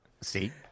See